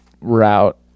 route